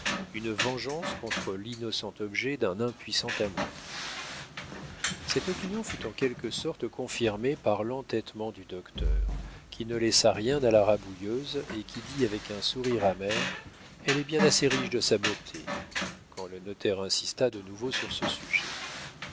une vengeance contre l'innocent objet d'un impuissant amour cette opinion fut en quelque sorte confirmée par l'entêtement du docteur qui ne laissa rien à la rabouilleuse et qui dit avec un sourire amer elle est bien assez riche de sa beauté quand le notaire insista de nouveau sur ce sujet